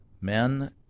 men